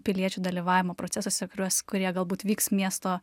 piliečių dalyvavimo procesuose kuriuos kurie galbūt vyks miesto